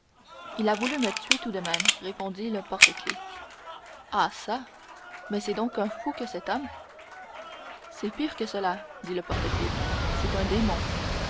il a voulu me tuer tout de même répondit le porte-clefs ah çà mais c'est donc un fou que cet homme c'est pire que cela dit le porte-clefs c'est un démon